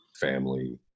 family